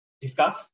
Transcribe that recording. discuss